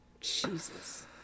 Jesus